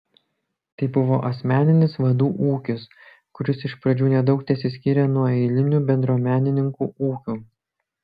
tai buvo asmeninis vadų ūkis kuris iš pradžių nedaug tesiskyrė nuo eilinių bendruomenininkų ūkių